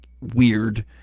weird